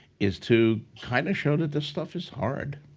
is to kind of show that this stuff is hard.